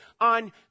on